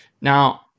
Now